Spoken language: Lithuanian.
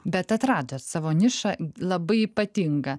bet atrado savo nišą labai ypatinga